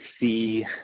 see